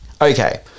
Okay